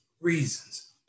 reasons